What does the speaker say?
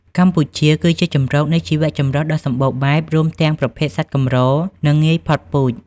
កម្ពុជាគឺជាជម្រកនៃជីវចម្រុះដ៏សំបូរបែប រួមទាំងប្រភេទសត្វកម្រ និងងាយផុតពូជ។